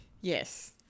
Yes